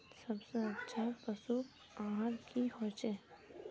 सबसे अच्छा पशु आहार की होचए?